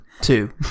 Two